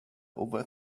over